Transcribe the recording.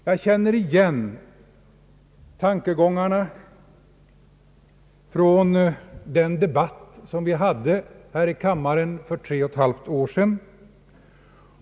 Jag känner igen tankegångarna från den debatt som vi förde för tre och ett halvt år sedan.